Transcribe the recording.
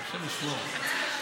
אי-אפשר לשמוע.